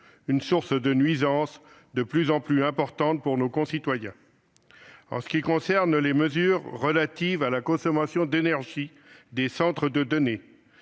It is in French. source de nuisances de plus en plus importante pour nos concitoyens. En ce qui concerne les mesures relatives à la consommation d'énergie des centres de données,